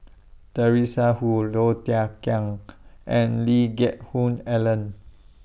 Teresa Hsu Low Thia Khiang and Lee Geck Hoon Ellen